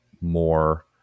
more